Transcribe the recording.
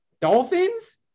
Dolphins